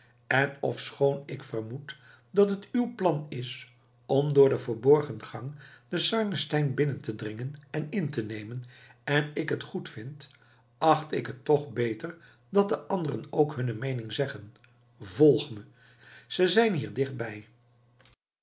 en ofschoon ik vermoed dat het uw plan is om door de verborgen gang den sarnenstein binnen te dringen en in te nemen en ik het goed vind acht ik het toch beter dat de anderen ook hunne meening zeggen volg me ze zijn hier dicht